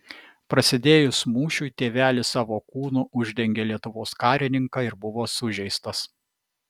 prasidėjus mūšiui tėvelis savo kūnu uždengė lietuvos karininką ir buvo sužeistas